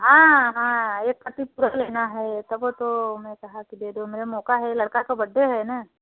हाँ हाँ एक काठी पूरा लेना है तभो तो हमने कहा कि दे दो मेरा मौका है लड़का का बड्डे है ना